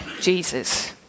Jesus